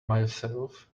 myself